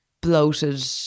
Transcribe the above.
bloated